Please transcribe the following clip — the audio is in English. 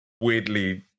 weirdly